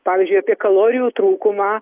pavyzdžiui apie kalorijų trūkumą